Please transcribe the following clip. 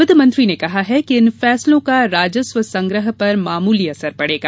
वित्त मंत्री ने कहा कि इन फैसलों का राजस्व संग्रह पर मामूली असर पड़ेगा